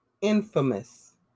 infamous